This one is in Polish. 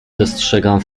dostrzegam